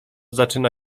zaczyna